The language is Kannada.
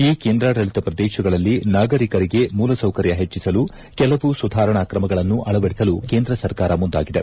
ಈ ಕೇಂದ್ರಾಡಳತ ಪ್ರದೇಶಗಳಲ್ಲಿ ನಾಗರಿಕರಿಗೆ ಮೂಲಸೌಕರ್ತ ಹೆಚ್ಚಸಲು ಕೆಲವು ಸುಧಾರಣಾ ಕ್ರಮಗಳನ್ನು ಅಳವಡಿಸಲು ಕೇಂದ್ರ ಸರ್ಕಾರ ಮುಂದಾಗಿದೆ